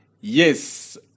Yes